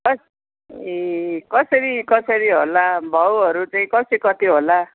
ए कसरी कसरी होला भाउहरू चाहिँ कति कति होला